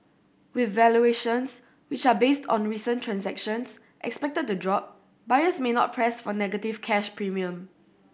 with valuations which are based on recent transactions expected to drop buyers may not press for negative cash premium